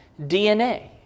DNA